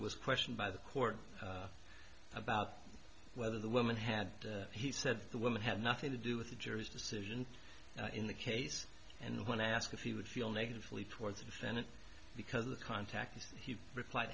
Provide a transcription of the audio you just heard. was questioned by the court about whether the woman had he said the woman had nothing to do with the jury's decision in the case and when asked if he would feel negatively towards the defendant because of the contact he repl